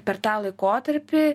per tą laikotarpį